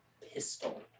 pistol